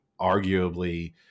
arguably